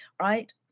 right